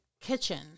Kitchen